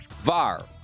VAR